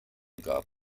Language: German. gab